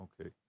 Okay